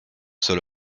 seul